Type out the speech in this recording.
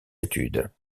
études